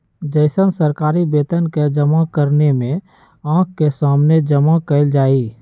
जैसन सरकारी वेतन के जमा करने में आँख के सामने जमा कइल जाहई